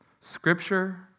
Scripture